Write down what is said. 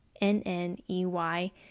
N-N-E-Y